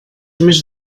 més